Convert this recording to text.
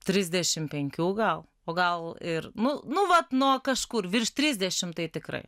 trisdešim penkių gal o gal ir nu nu vat nuo kažkur virš trisdešim tai tikrai